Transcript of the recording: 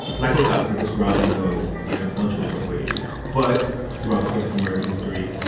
black folks obviously describe themselves in a bunch of different ways. but throughout the course of american history,